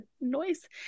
Noise